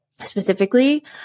specifically